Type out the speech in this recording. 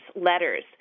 letters